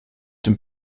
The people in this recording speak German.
dem